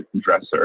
dresser